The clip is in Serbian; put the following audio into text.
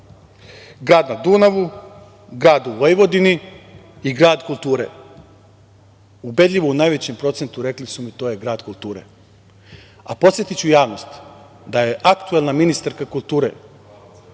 grada na Dunavu? Grad u Vojvodini? Grad kulture? Ubedljivo u najvećem procentu rekli su mi to je grad kulture. A podsetiću javnost, da je aktuelna ministarka kulture